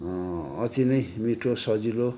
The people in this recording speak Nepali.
अति नै मिठो सजिलो